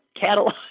catalog